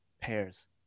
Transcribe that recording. pairs